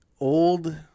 Old